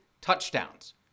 touchdowns